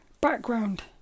background